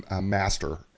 master